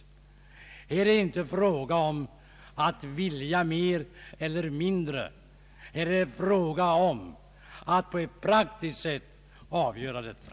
Här är inte fråga om att vilja mer eller mindre, utan det gäller att på ett praktiskt sätt avgöra denna sak.